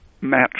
match